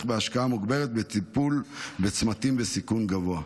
בהשקעה המוגברת בטיפול בצמתים בסיכון גבוה.